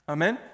Amen